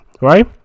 right